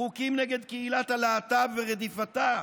חוקים נגד קהילת הלהט"ב ורדיפתה,